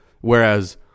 whereas